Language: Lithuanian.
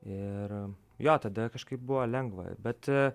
ir jo tada kažkaip buvo lengva bet